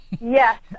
Yes